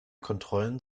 kontrollen